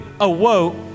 awoke